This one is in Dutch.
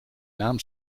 naam